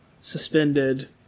suspended